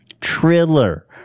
Triller